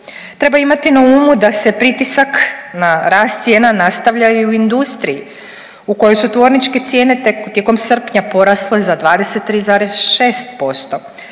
Treba imati na umu da se pritisak na rast cijena nastavljaju i u industriji u kojoj su tvorničke cijene tijekom srpnja porasle za 23,6%.